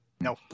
No